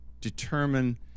determine